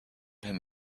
him